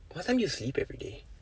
what time do you sleep every day